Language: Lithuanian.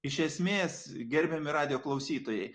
iš esmės gerbiami radijo klausytojai